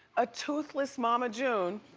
a toothless mama june